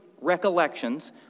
recollections